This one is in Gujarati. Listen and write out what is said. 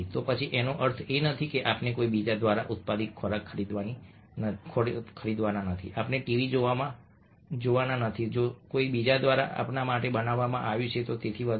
તો પછી એનો અર્થ એ નથી કે આપણે કોઈ બીજા દ્વારા ઉત્પાદિત ખોરાક ખરીદવાના નથી આપણે ટીવી જોવાના નથી જે કોઈ બીજા દ્વારા આપણા માટે બનાવવામાં આવ્યું છે અને તેથી વધુ